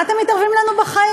מה אתם מתערבים לנו בחיים?